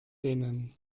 denen